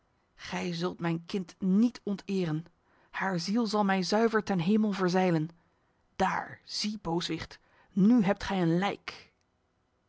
gij zult mijn kind niet onteren haar ziel zal mij zuiver ten hemel verzeilen daar zie booswicht nu hebt gij een lijk